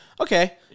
okay